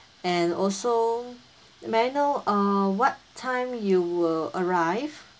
and also may I know uh what time you will arrive